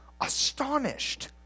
astonished